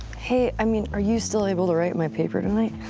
hey, i mean, are you still able to write my paper tonight?